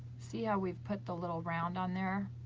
see how we've put the little round on there?